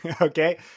Okay